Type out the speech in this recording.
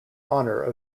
honour